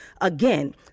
Again